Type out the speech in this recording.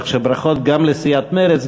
ברכות גם לסיעת מרצ,